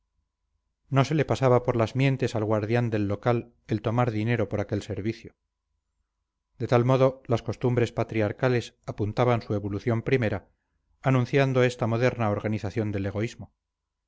no se le pasaba por las mientes al guardián del local el tomar dinero por aquel servicio de tal modo las costumbres patriarcales apuntaban su evolución primera anunciando esta moderna organización del egoísmo